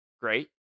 great